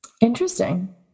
Interesting